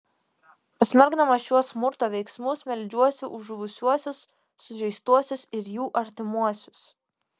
pasmerkdamas šiuos smurto veiksmus meldžiuosi už žuvusiuosius sužeistuosius ir jų artimuosius